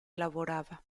lavorava